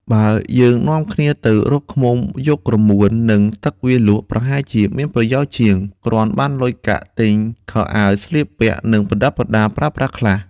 បើយើងនាំគ្នាទៅរកឃ្មុំយកក្រមួន និងទឹកវាលក់ ប្រហែលជាមានប្រយោជន៍ជាង គ្រាន់បានលុយកាក់ទិញខោអាវស្លៀកពាក់ និងប្រដាប់ប្រដាប្រើប្រាស់ខ្លះ។